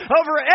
over